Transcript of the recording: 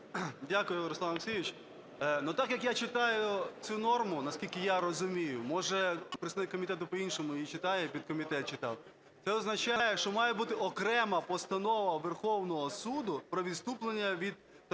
Дякую, Руслан Олексійович. Ну, так, як я читаю цю норму, наскільки я розумію, може представник по-іншому її читає і підкомітет читав, це означає, що має бути окрема постанова Верховного Суду про відступлення від такого